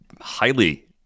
highly